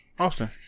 Austin